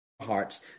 hearts